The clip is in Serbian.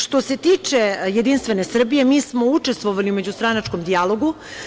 Što se tiče Jedinstvene Srbije, mi smo učestvovali u međustranačkom dijalogu.